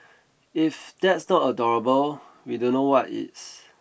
if that's not adorable we don't know what is